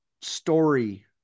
story